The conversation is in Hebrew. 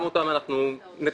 גם אותם אנחנו נתקצב,